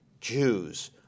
Jews